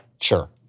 Sure